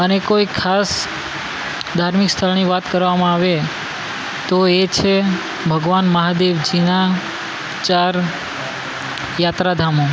અને કોઈ ખાસ ધાર્મિક સ્થળની વાત કરવામાં આવે તો એ છે ભગવાન મહાદેવજીનાં ચાર યાત્રાધામો